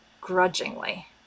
grudgingly